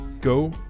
go